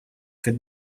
fid